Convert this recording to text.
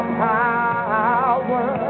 power